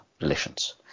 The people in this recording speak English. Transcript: relations